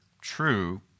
true